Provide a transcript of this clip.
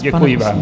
Děkuji vám.